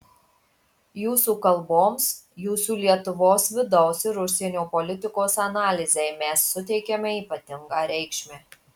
jūsų kalboms jūsų lietuvos vidaus ir užsienio politikos analizei mes suteikiame ypatingą reikšmę